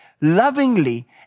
lovingly